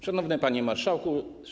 Szanowny Panie Marszałku!